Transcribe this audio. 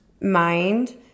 mind